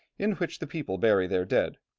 in which the people bury their dead,